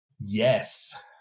yes